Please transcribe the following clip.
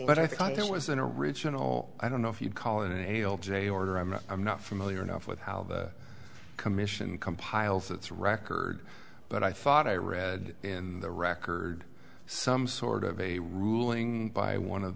but i thought it was an original i don't know if you'd call it an ale j order i mean i'm not familiar enough with how the commission compiles its record but i thought i read in the record some sort of a ruling by one of